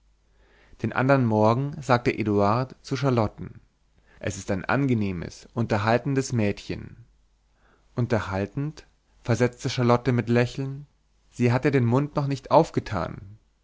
den andern morgen sagte eduard zu charlotten es ist ein angenehmes unterhaltendes mädchen unterhaltend versetzte charlotte mit lächeln sie hat ja den mund noch nicht aufgetan